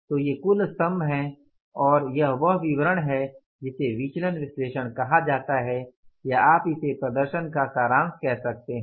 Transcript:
तो ये कुल स्तम्भ हैं और यह वह विवरण है जिसे विचलन विश्लेषण कहा जाता है या आप इसे प्रदर्शन का सारांश कह सकते हैं